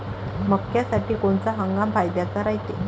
मक्क्यासाठी कोनचा हंगाम फायद्याचा रायते?